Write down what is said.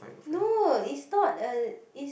no is not a is